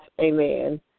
amen